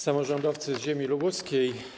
Samorządowcy z Ziemi Lubuskiej!